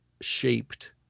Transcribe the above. shaped